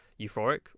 euphoric